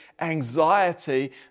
anxiety